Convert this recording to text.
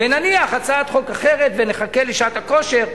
ונניח הצעת חוק אחרת ונחכה לשעת הכושר.